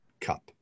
cup